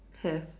have